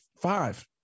five